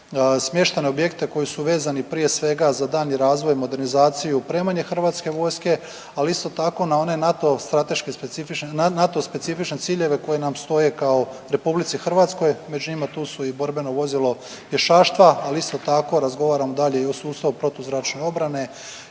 smještajne objekte koji su vezani prije svega za daljnji razvoj, modernizaciju i opremanje Hrvatske vojske ali isto tako na one NATO specifične ciljevi koji nam stoje kao Republici Hrvatskoj. Među njima tu su i borbeno vozilo pješaštva, ali isto tako razgovaram dalje i o sustavu protuzračne obrane,